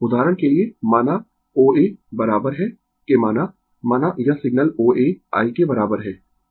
उदाहरण के लिए माना O A बराबर है के माना माना यह सिग्नल O A i के बराबर है